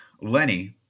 Lenny